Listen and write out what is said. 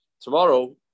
tomorrow